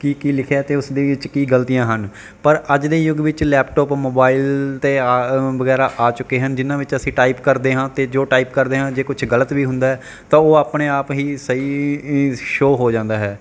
ਕੀ ਕੀ ਲਿਖਿਆ ਅਤੇ ਉਸ ਦੇ ਵਿੱਚ ਕੀ ਗਲਤੀਆਂ ਹਨ ਪਰ ਅੱਜ ਦੇ ਯੁੱਗ ਵਿੱਚ ਲੈਪਟੋਪ ਮੋਬਾਈਲ ਅਤੇ ਅ ਵਗੈਰਾ ਆ ਚੁੱਕੇ ਹਨ ਜਿਨ੍ਹਾਂ ਵਿੱਚ ਅਸੀਂ ਟਾਈਪ ਕਰਦੇ ਹਾਂ ਅਤੇ ਜੋ ਟਾਈਪ ਕਰਦੇ ਹਾਂ ਜੇ ਕੁਛ ਗਲਤ ਵੀ ਹੁੰਦਾ ਤਾਂ ਉਹ ਆਪਣੇ ਆਪ ਹੀ ਸਹੀ ਸ਼ੋ ਹੋ ਜਾਂਦਾ ਹੈ